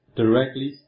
directly